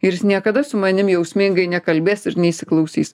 ir jis niekada su manim jausmingai nekalbės ir neįsiklausys